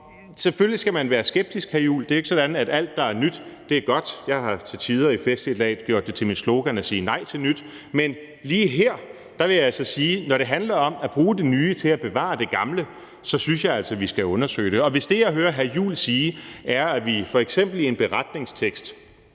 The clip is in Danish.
Selvfølgelig skal man være skeptisk, hr. Christian Juhl. Det er jo ikke sådan, at alt, der er nyt, er godt. Jeg har til tider i festligt lag gjort det til mit slogan at sige nej til nyt, men lige her vil jeg sige, at når det handler om at bruge det nye til at bevare det gamle, så synes jeg altså, at vi skal undersøge det. Hvis det, jeg hører hr. Christian Juhl sige, er, at vi f.eks. i en tekst